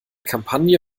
kampagne